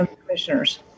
Commissioners